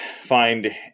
find